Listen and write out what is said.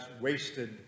wasted